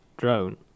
drone